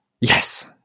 Yes